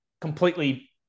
completely